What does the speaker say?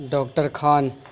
doctor Khan